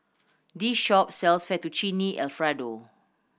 this shop sells Fettuccine Alfredo